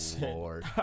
lord